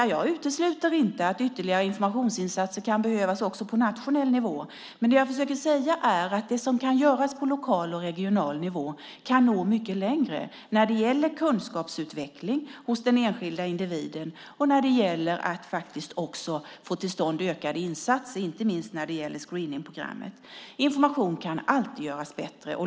Jag utesluter inte att ytterligare informationsinsatser kan behövas också på nationell nivå, men det jag försöker säga är att det som kan göras på lokal och regional nivå kan nå mycket längre när det gäller kunskapsutveckling hos den enskilda individen och faktiskt också när det gäller att få till stånd ökade insatser, inte minst gällande screeningprogrammet. Information kan alltid göras bättre.